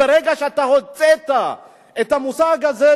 ברגע שאתה הוצאת מהמושג הזה,